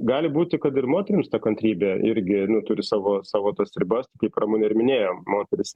gali būti kad ir moterims ta kantrybė irgi nu turi savo savo tas ribas kaip ramunė ir minėjo moteris